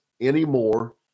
anymore